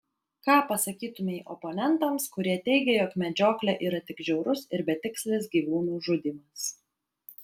ką pasakytumei oponentams kurie teigia jog medžioklė yra tik žiaurus ir betikslis gyvūnų žudymas